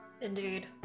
Indeed